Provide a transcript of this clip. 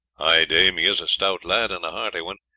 ay, dame he is a stout lad, and a hearty one.